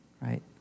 right